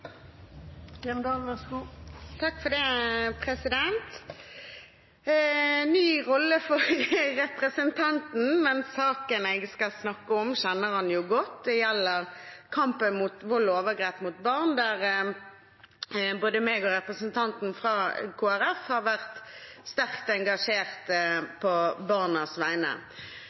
ny rolle for representanten, men saken jeg skal snakke om, kjenner han jo godt. Det gjelder kampen mot vold og overgrep mot barn, der både jeg og representanten fra Kristelig Folkeparti har vært sterkt engasjert på barnas vegne.